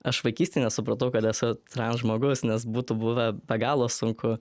aš vaikystėj nesupratau kad esu transžmogus nes būtų buvę be galo sunku